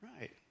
Right